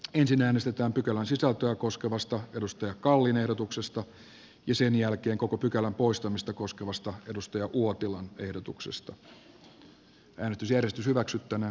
ensin äänestetään pykälän sisältöä koskevasta timo kallin ehdotuksesta ja sen jälkeen pykälän poistamista koskevasta kari uotilan ehdotuksesta